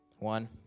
One